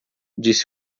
disse